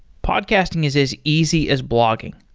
podcasting is as easy as blogging.